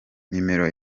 numero